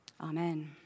Amen